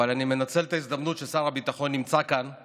אבל אני מנצל את ההזדמנות ששר הביטחון נמצא כאן,